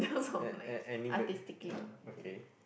a a any but ya okay